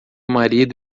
marido